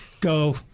go